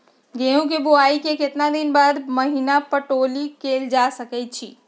गेंहू के बोआई के केतना दिन बाद पहिला पटौनी कैल जा सकैछि?